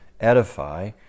edify